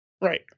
Right